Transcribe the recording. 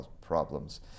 problems